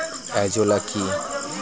Azolla কি?